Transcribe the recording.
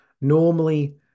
Normally